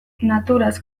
naturaz